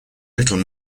little